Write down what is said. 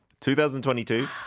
2022